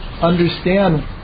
understand